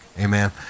amen